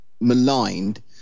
maligned